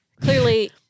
Clearly